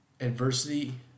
adversity